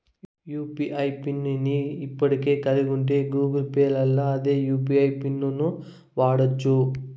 UPI pin ని ఇప్పటికే కలిగుంటే గూగుల్ పేల్ల అదే యూ.పి.ఐ పిన్ను వాడచ్చు